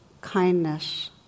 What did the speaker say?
kindness